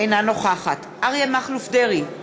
אינה נוכחת אריה מכלוף דרעי,